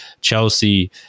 Chelsea